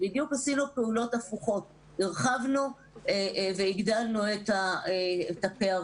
עשינו פעולות הפוכות הרחבנו והגדלנו את הפערים.